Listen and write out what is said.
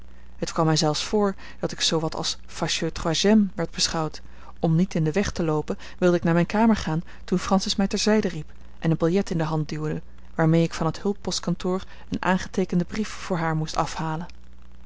het kwam mij zelfs voor dat ik zoo wat als facheux troisième werd beschouwd en om niet in den weg te loopen wilde ik naar mijne kamer gaan toen francis mij ter zijde riep en een biljet in de hand duwde waarmee ik van het hulppostkantoor een aangeteekenden brief voor haar moest afhalen